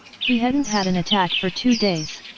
he hadn't had an attack for two days.